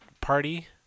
party